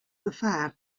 gefaar